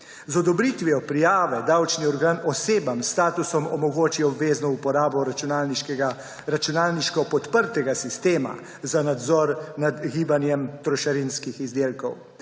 Z odobritvijo prijave davčni organ osebam s statusom omogoči obvezno uporabo računalniško podprtega sistema za nadzor nad gibanjem trošarinskih izdelkov.